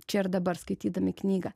čia ir dabar skaitydami knygą